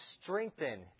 strengthen